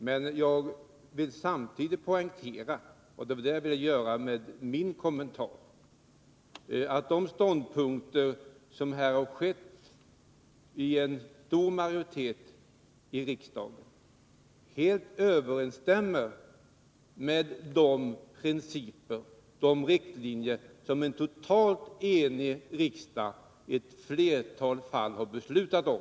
Men jag AB Asea-Atom vill samtidigt med min kommentar poängtera, att de ståndpunkter som har till ASEA AB tagits av en stor majoritet i riksdagen helt överensstämmer med de principer och riktlinjer som en totalt enig riksdag i ett flertal fall har beslutat om.